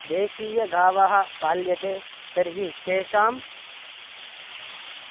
देशीयगावः पाल्यन्ते तर्हि तेषां